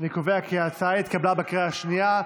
אני קובע כי ההצעה התקבלה בקריאה השנייה.